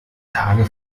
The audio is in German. tage